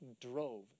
drove